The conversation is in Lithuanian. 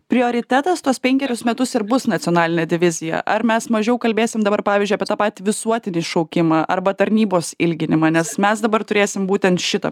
prioritetas tuos penkerius metus ir bus nacionalinė divizija ar mes mažiau kalbėsim dabar pavyzdžiu apie tą patį visuotinį šaukimą arba tarnybos ilginimą nes mes dabar turėsim būtent šitą